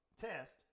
test